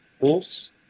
horse